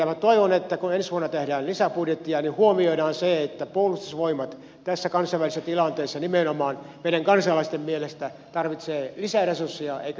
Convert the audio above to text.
minä toivon että kun ensi vuonna tehdään lisäbudjettia niin huomioidaan se että puolustusvoimat nimenomaan tässä kansainvälisessä tilanteessa meidän kansalaisten mielestä tarvitsee lisäresursseja eikä niitä vähennetä